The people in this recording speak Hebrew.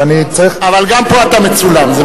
גם פה אתה מצולם.